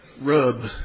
rub